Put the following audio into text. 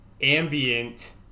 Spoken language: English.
ambient